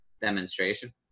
demonstration